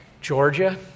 Georgia